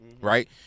right